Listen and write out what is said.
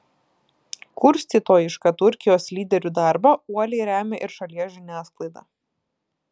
kurstytojišką turkijos lyderių darbą uoliai remia ir šalies žiniasklaida